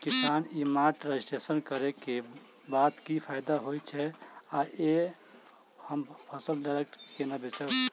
किसान e mart registration करै केँ बाद की फायदा होइ छै आ ऐप हम फसल डायरेक्ट केना बेचब?